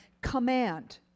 command